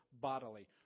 bodily